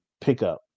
pickup